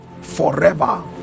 forever